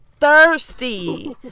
thirsty